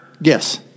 Yes